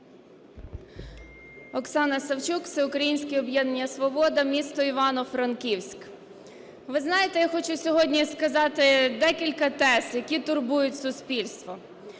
Оксана Савчук, Всеукраїнське об'єднання "Свобода", місто Івано-Франківськ. Ви знаєте, я хочу сьогодні сказати декілька тез, які турбують суспільство.